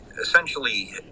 essentially